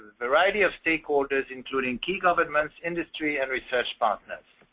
variety of stakeholders including key governments, industry and research process.